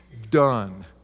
done